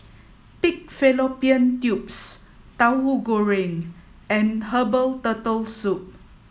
pig fallopian tubes Tahu Goreng and Herbal Turtle Soup